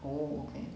oh okay